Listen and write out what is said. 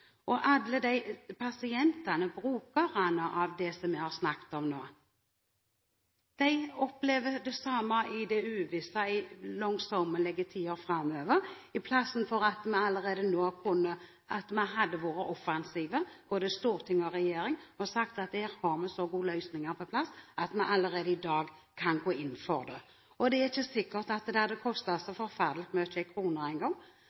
Alle pasientene, brukerne av det som vi har snakket om nå, opplever det samme i det uvisse i lange tider framover, istedenfor at vi allerede nå kunne vært offensive, både storting og regjering, og sagt at der har vi så gode løsninger på plass at vi allerede i dag kan gå inn for det. Det er ikke sikkert at det hadde kostet så forferdelig mye i kroner engang. Hvis vi leser det